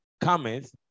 cometh